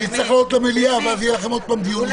יצטרך לעלות למליאה ואז שוב יהיה דיון אישי.